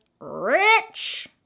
rich